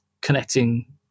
connecting